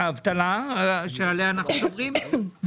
האבטלה שעליה אנחנו מדברים יכולה לעצור ולרדת,